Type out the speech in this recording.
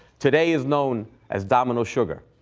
today is known as domino sugar.